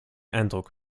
eindruck